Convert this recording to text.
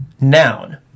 Noun